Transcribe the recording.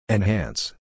Enhance